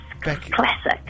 Classic